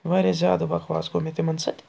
واریاہ زیادٕ بکواس گوٚو مےٚ تِمَن سۭتۍ